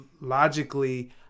logically